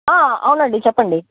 అవునండి చెప్పండి